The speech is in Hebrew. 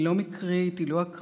היא לא מקרית, היא לא אקראית.